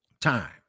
time